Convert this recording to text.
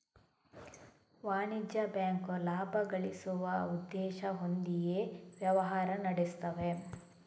ವಾಣಿಜ್ಯ ಬ್ಯಾಂಕು ಲಾಭ ಗಳಿಸುವ ಉದ್ದೇಶ ಹೊಂದಿಯೇ ವ್ಯವಹಾರ ನಡೆಸ್ತವೆ